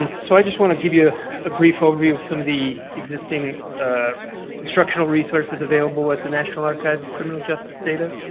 so i just want to give you a brief overview of some of the existing instructional resources available at the national archive of criminal justice data.